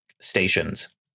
stations